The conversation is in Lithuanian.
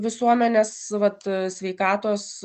visuomenės vat sveikatos